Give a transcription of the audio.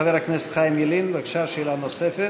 חבר הכנסת חיים ילין, בבקשה, שאלה נוספת.